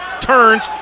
turns